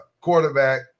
quarterback